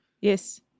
Yes